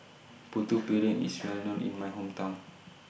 Putu Piring IS Well known in My Hometown